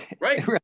Right